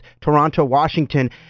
Toronto-Washington